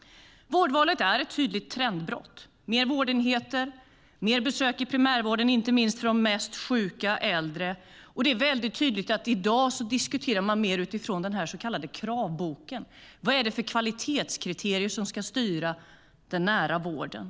Vårdvalet är ett tydligt trendbrott. Det finns fler vårdenheter, och det sker fler besök i primärvården, inte minst av de mest sjuka äldre. Det är tydligt att man i dag diskuterar mer utifrån den så kallade kravboken. Vilka kvalitetskriterier ska styra den nära vården?